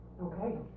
okay